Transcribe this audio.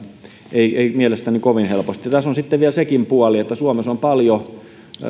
ei ei mielestäni kovin helposti tässä on sitten vielä sekin puoli että suomessa on paljon